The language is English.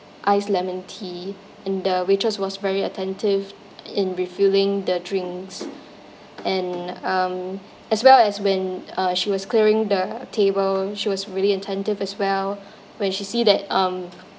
iced lemon tea and the waitress was very attentive in refilling the drinks and um as well as when uh she was clearing the table she was really attentive as well when she see that um